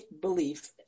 belief